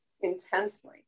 intensely